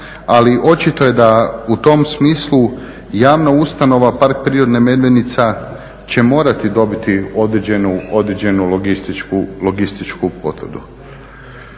Ali očito je da u tom smislu javna ustanova Park prirode Medvednica će morati dobiti određenu logističku potvrdu.